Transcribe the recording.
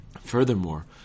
Furthermore